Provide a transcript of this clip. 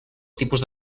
tipus